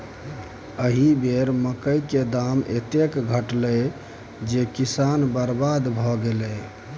एहि बेर मकई क दाम एतेक घटलै जे किसान बरबाद भए गेलै